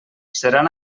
seran